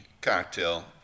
cocktail